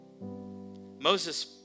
Moses